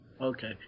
Okay